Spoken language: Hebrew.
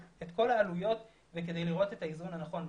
את כל העלויות וכדי לראות את האיזון הנכון.